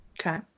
Okay